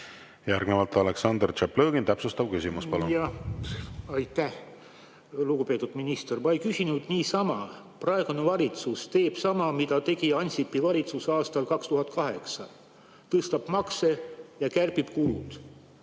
Järgnevalt Aleksandr Tšaplõgin, täpsustav küsimus, palun! Aitäh! Lugupeetud minister! Ma ei küsinud niisama. Praegune valitsus teeb sama, mida tegi Ansipi valitsus aastal 2008 – tõstab makse ja kärbib kulusid.